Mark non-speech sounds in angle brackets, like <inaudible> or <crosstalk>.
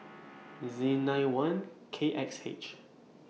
<noise> Z nine one K X H